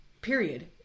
Period